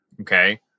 Okay